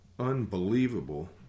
unbelievable